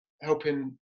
helping